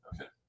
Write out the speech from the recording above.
Okay